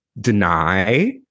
deny